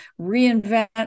reinvent